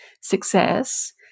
success